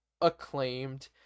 acclaimed